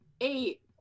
eight